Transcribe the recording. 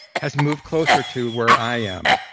has moved closer to where i am.